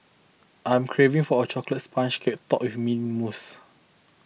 I am craving for a Chocolate Sponge Cake Topped with Mint Mousse